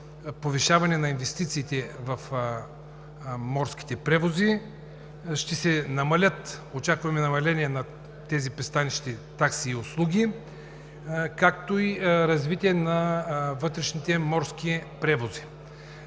повишаване на инвестициите в морските превози, очакваме намаление на тези пристанищни такси и услуги, както и развитие на вътрешните морски превози.